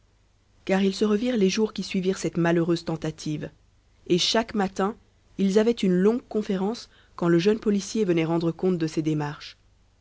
car ils se revirent les jours qui suivirent cette malheureuse tentative et chaque matin ils avaient une longue conférence quand le jeune policier venait rendre compte de ses démarches